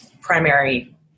primary